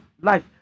life